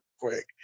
quick